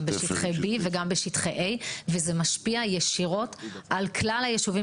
גם בשטחי B וגם בשטחי A. זה משפיע ישירות על כלל הישובים